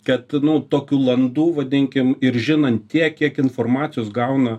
kad nu tokių landų vadinkim ir žinant tiek kiek informacijos gauna